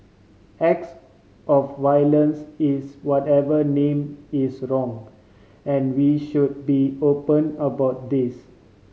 acts of violence is whatever name is wrong and we should be open about this